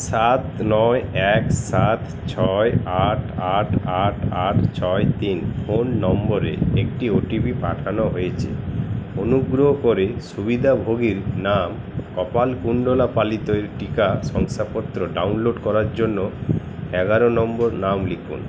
সাত নয় এক সাত ছয় আট আট আট আট ছয় তিন ফোন নম্বরে একটি ও টি পি পাঠানো হয়েছে অনুগ্রহ করে সুবিধাভোগীর নাম কপালকুণ্ডলা পালিতের টিকা শংসাপত্র ডাউনলোড করার জন্য এগারো নম্বর নাম লিখুন